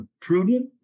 prudent